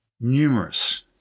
numerous